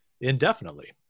indefinitely